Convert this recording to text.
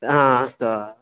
आम् अस्तु